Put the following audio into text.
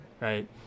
right